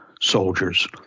soldiers